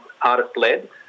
artist-led